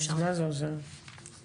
מקיף את כל הפעולות שהיא חייבת לבצע.